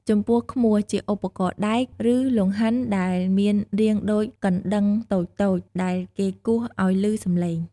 ចំពោះឃ្មោះ ជាឧបករណ៍ដែក ឬលង្ហិនដែលមានរាងដូចកណ្តឹងតូចៗ ដែលគេគោះឲ្យឮសំឡេង។